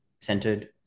centered